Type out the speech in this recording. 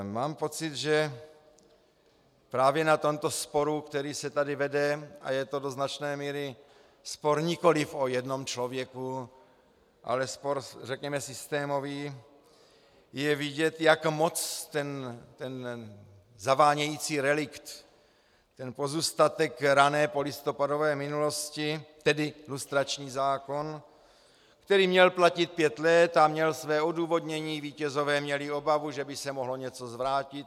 Mám pocit, že právě na tomto sporu, který se tady vede, a je to do značné míry spor nikoliv o jednom člověku, ale spor řekněme systémový, je vidět, jak moc ten zavánějící relikt, pozůstatek rané polistopadové minulosti, tedy lustrační zákon, který měl platit pět let a měl své odůvodnění vítězové měli obavu, že by se mohlo něco zvrátit.